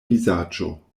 vizaĝo